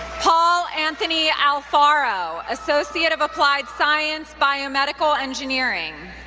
paul anthony alfaro, associate of applied science, biomedical engineering.